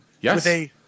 Yes